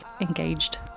engaged